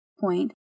point